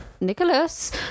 nicholas